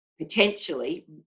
potentially